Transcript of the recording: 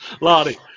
Lottie